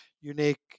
unique